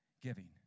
giving